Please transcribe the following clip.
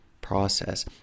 process